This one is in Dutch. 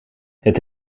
het